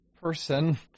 person